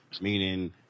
meaning